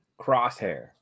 Crosshair